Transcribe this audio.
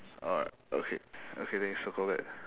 alright okay okay then you circle that